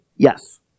Yes